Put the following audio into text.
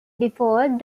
default